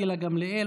גילה גמליאל,